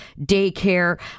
daycare